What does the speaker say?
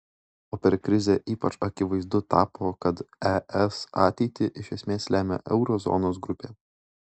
o per krizę ypač akivaizdu tapo kad es ateitį iš esmės lemia euro zonos grupė